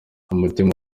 umutima